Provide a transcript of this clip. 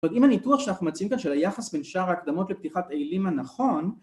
‫אז אם הניתוח שאנחנו מציעים כאן ‫של היחס בין שער ההקדמות לפתיחת העילים הנכון...